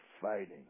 fighting